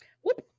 Whoop